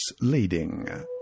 leading